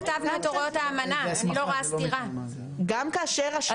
אני לא רואה סתירה עם הוראות האמנה.